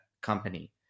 company